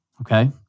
Okay